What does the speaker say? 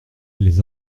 les